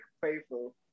faithful